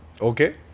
Okay